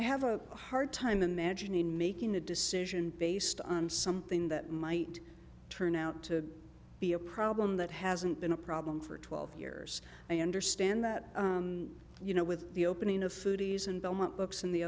i have a hard time imagining making a decision based on something that might turn out to be a problem that hasn't been a problem for twelve years i understand that you know with the opening of foodies and belmont books in the